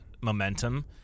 momentum